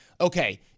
okay